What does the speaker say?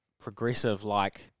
progressive-like